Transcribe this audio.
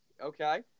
Okay